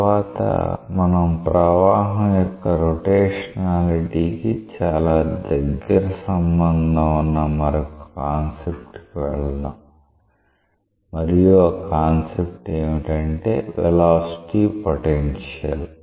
తరువాత మనం ప్రవాహం యొక్క రొటేషనాలిటీ కి చాలా దగ్గర సంబంధం వున్న మరొక కాన్సెప్ట్ కి వెళదాం మరియు ఆ కాన్సెప్ట్ ఏమిటంటే వెలాసిటీ పొటెన్షియల్